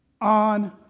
on